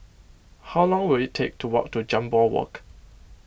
how long will it take to walk to Jambol Walk